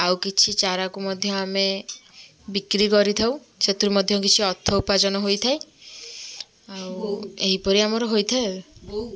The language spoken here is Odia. ଆଉ କିଛି ଚାରାକୁ ମଧ୍ୟ ଆମେ ବିକ୍ରି କରିଥାଉ ସେଥିରୁ ମଧ୍ୟ କିଛି ଅର୍ଥ ଉପାର୍ଜନ ହୋଇଥାଏ ଆଉ ଏହିପରି ଆମର ହୋଇଥାଏ